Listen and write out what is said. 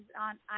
on